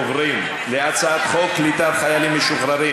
עוברים להצעת חוק קליטת חיילים משוחררים